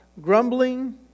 grumbling